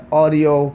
audio